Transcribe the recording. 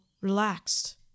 relaxed